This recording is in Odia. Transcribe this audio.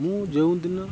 ମୁଁ ଯେଉଁଦିନ